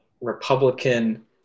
Republican